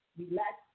relax